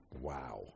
Wow